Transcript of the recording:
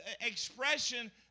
Expression